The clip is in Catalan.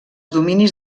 dominis